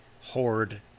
horde